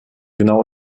genau